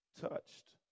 touched